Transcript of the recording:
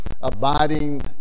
abiding